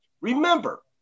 remember